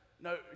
no